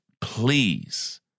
please